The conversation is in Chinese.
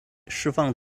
释放